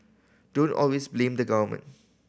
don't always blame the government